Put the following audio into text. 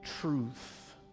truth